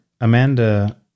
Amanda